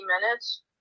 minutes